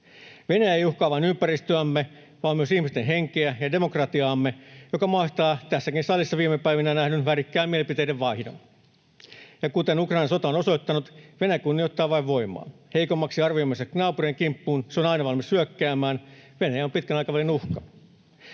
Venäjä ei uhkaa vain ympäristöämme vaan myös ihmisten henkeä ja demokratiaamme, joka mahdollistaa tässäkin salissa viime päivinä nähdyn värikkään mielipiteiden vaihdon. Ja kuten Ukrainan sota on osoittanut, Venäjä kunnioittaa vain voimaa. Heikommaksi arvioimansa naapurin kimppuun se on aina valmis hyökkäämään. Venäjä on pitkän aikavälin uhka.